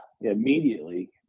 immediately